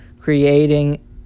creating